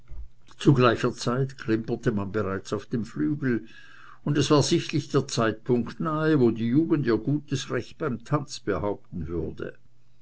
zu gleicher zeit klimperte man bereits auf dem flügel und es war sichtlich der zeitpunkt nahe wo die jugend ihr gutes recht beim tanze behaupten würde